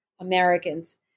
Americans